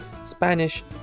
Spanish